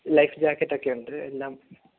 life jacket ഒക്കെ ഉണ്ട് എല്ലാം